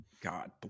God